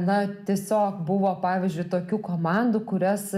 na tiesiog buvo pavyzdžiui tokių komandų kurias